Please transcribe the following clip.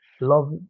love